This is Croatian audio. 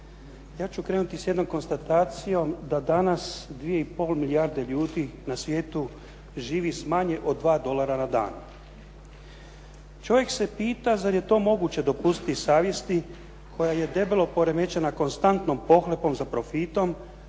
Ja ću krenuti sa jednom konstatacijom da danas dvije i pol milijarde ljudi na svijetu živi s manje od 2 dolara na dan. Čovjek se pita zar je to moguće dopustiti savjesti koja je debelo poremećena konstantnom pohlepom za profitom